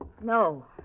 No